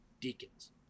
Deacons